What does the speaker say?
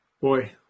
boy